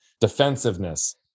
defensiveness